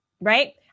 right